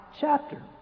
chapter